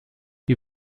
die